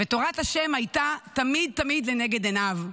ותורת השם הייתה תמיד תמיד לנגד עיניו.